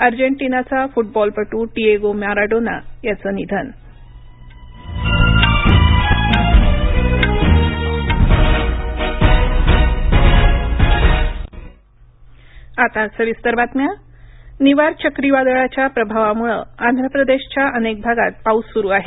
अर्जेंटिनाचा फुटबॉलपटू Diego Maradona याचं निधन निवार आंध्र निवार चक्रीवादळाच्या प्रभावामुळं आंध्रप्रदेशच्या अनेक भागात पाऊस सुरू आहे